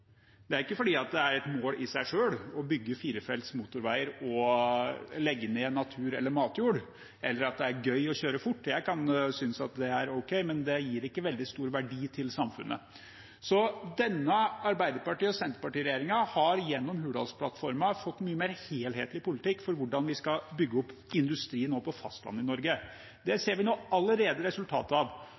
Det er ikke fordi det er et mål i seg selv å bygge firefelts motorveier, legge ned natur eller matjord eller at det er gøy å kjøre fort. Jeg kan synes at det er ok, men det gir ikke veldig stor verdi til samfunnet. Denne Arbeiderparti–Senterparti-regjeringen har gjennom Hurdalsplattformen fått en mye mer helhetlig politikk for hvordan vi skal bygge opp industrien på fastlandet i Norge. Det ser vi allerede resultater av.